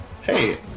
Hey